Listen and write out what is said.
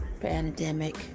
pandemic